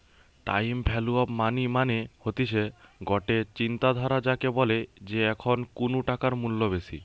time value of money মানে হতিছে গটে চিন্তাধারা যাকে বলে যে এখন কুনু টাকার মূল্য বেশি